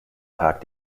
tag